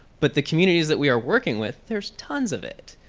but the communities that we are working with, there's tons of it.